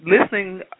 listening